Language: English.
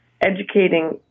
educating